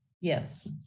Yes